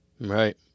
Right